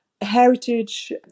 heritage